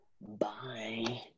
Bye